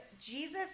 Jesus